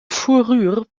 fourrure